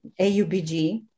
AUBG